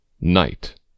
Night